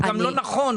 הוא גם לא נכון,